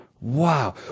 Wow